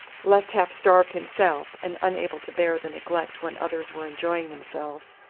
left half starved himself, and unable to bear the neglect when others were enjoying themselves,